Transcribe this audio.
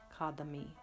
kadami